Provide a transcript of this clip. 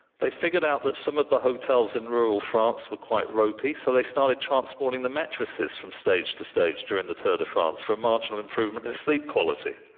they figured out that some of the hotels in rural france were quite ropey, so they started transporting the mattresses from stage to stage during the tour de france for a marginal improvement in sleep quality.